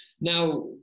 Now